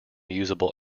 usable